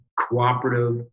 cooperative